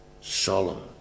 solemn